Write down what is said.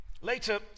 Later